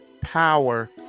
power